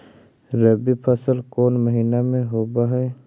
रबी फसल कोन महिना में होब हई?